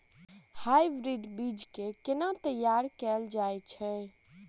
Hybrid बीज केँ केना तैयार कैल जाय छै?